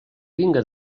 vinga